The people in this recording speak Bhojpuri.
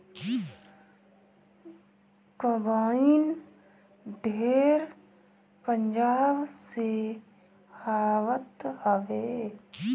कंबाइन ढेर पंजाब से आवत हवे